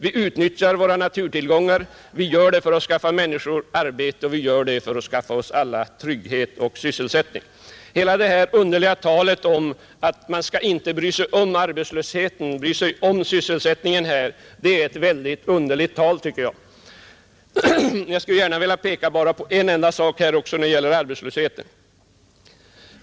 Vi utnyttjar våra naturtillgångar, vi gör det för att skaffa människor arbete och för att skaffa oss alla trygghet och sysselsättning. Talet att man inte skall bry sig om arbetslösheten, inte bry sig om sysselsättningen, är mycket underligt. Jag skulle gärna vilja peka på en enda sak till, när det gäller arbetslösheten.